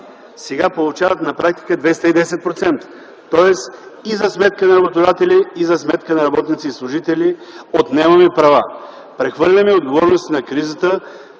сега на практика получават 210%, тоест и за сметка на работодателя, и за сметка на работници и служители отнемаме права. Прехвърляме отговорностите на кризата